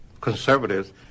conservatives